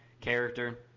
character